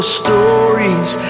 stories